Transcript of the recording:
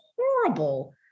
horrible